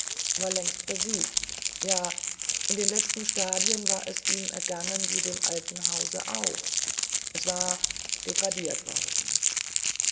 war längst versiegt ja in den letzten stadien war es ihm ergangen wie dem alten hause auch es war degradiert worden